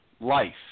life